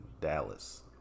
dallas